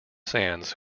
sands